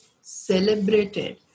celebrated